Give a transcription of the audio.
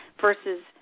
versus